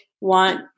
want